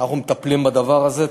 אנחנו מטפלים בדבר הזה,